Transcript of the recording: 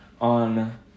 on